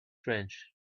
french